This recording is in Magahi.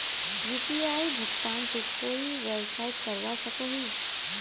यु.पी.आई भुगतान से कोई व्यवसाय करवा सकोहो ही?